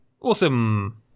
awesome